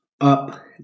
Up